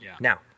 Now